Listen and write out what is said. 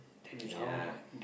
ya